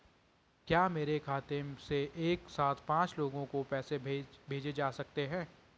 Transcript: क्या मेरे खाते से एक साथ पांच लोगों को पैसे भेजे जा सकते हैं?